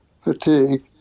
fatigue